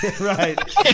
Right